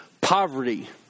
poverty